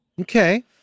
Okay